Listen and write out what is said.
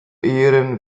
ehren